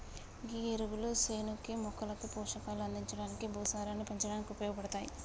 గీ ఎరువులు సేనుకి మొక్కలకి పోషకాలు అందించడానికి, భూసారాన్ని పెంచడానికి ఉపయోగపడతాయి